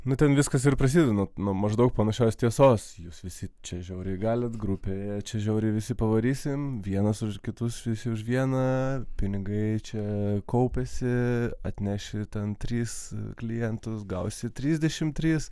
nuo ten viskas ir prasideda nuo maždaug panašios tiesos jūs visi čia žiauriai galite grupėje čia žiauriai visi pavarysim vienas už kitus visi už vieną pinigai čia kaupiasi atneši tris klientus gausi trisdešimt tris